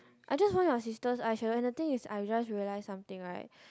I just want our sisters I sharing the thing is I just realize something right